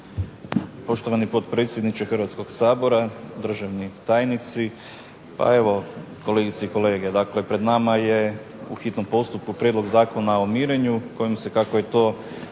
Poštovani potpredsjedniče Hrvatskog sabora, državni tajnici. Pa evo, kolegice i kolege, dakle pred nama je u hitnom postupku prijedlog Zakona o mirenju, kojim se kako je to